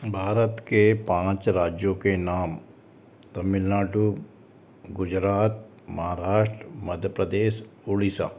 भारत के पाँच राज्यों के नाम तमिलनाडु गुजरात महाराष्ट्र मध्य प्रदेश उड़ीसा